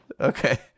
Okay